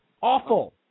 Awful